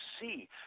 see